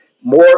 more